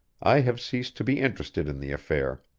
i have ceased to be interested in the affair.